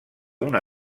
una